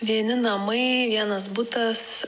vieni namai vienas butas